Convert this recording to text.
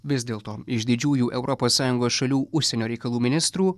vis dėlto iš didžiųjų europos sąjungos šalių užsienio reikalų ministrų